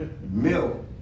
milk